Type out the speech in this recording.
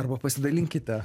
arba pasidalinkite